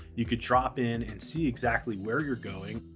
you could drop in and see exactly where you're going.